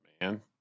man